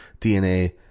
DNA